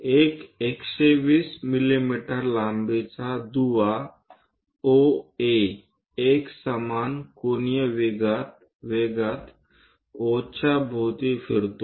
एक 120 मिमी लांबीचा दुवा OA एकसमान कोनीय वेगात O च्या भोवती फिरतो